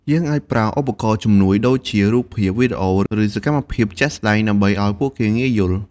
យើងអាចប្រើឧបករណ៍ជំនួយដូចជា រូបភាព វីដេអូ ឬសកម្មភាពជាក់ស្តែងដើម្បីឱ្យពួកគេងាយយល់។